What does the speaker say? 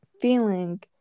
feeling